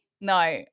no